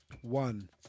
One